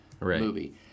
movie